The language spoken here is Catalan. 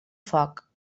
foc